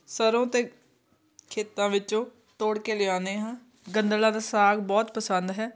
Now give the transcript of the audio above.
ਸਰ੍ਹੋਂ ਦੇ ਖੇਤਾਂ ਵਿੱਚੋਂ ਤੋੜ ਕੇ ਲਿਆਉਂਦੇ ਹਾਂ ਗੰਦਲਾਂ ਦਾ ਸਾਗ ਬਹੁਤ ਪਸੰਦ ਹੈ